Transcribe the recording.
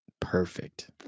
Perfect